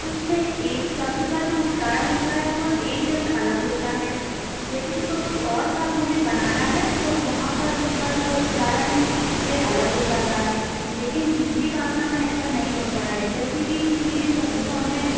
उसमें एक शब्द का जो उच्चारण होता है वह एक जगह अलग होता है यदि उसका कोई और शब्द हमें बनाना है तो वहाँ पर उसका जो उच्चारण है वह अलग हो जाता है लेकिन हिंदी भाषा में ऐसा नहीं होता है जैसे कि किसी भी शब्द को हमें